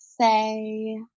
say